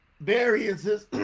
variances